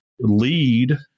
lead